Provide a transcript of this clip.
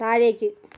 താഴേക്ക്